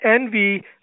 envy